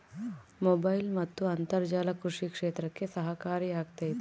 Mobile ಮತ್ತು ಅಂತರ್ಜಾಲ ಕೃಷಿ ಕ್ಷೇತ್ರಕ್ಕೆ ಸಹಕಾರಿ ಆಗ್ತೈತಾ?